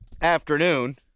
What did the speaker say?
afternoon